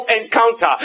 encounter